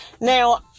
Now